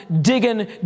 digging